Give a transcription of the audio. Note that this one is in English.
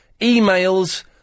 emails